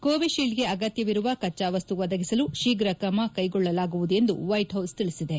ಕೋವಿಶೀಲ್ಡ್ಗೆ ಅಗತ್ಯವಿರುವ ಕಚ್ಚಾವಸ್ತು ಒದಗಿಸಲು ಶೀಫ್ರ ಕ್ರಮ ಕೈಗೊಳ್ಳಲಾಗುವುದು ಎಂದು ವೈಟ್ ಹೌಸ್ ತಿಳಿಸಿದೆ